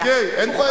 אוקיי, אני מקבל אותה.